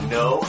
no